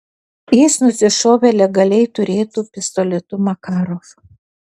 jis nusišovė legaliai turėtu pistoletu makarov